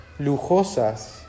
lujosas